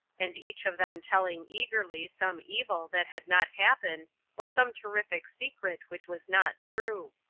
and each of them telling eagerly some evil that had not happened or some terrific secret which was not true.